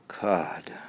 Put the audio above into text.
God